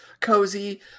cozy